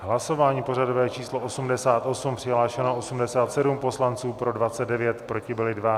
V hlasování pořadové číslo 88 přihlášeno 87 poslanců, pro 29, proti byli 2.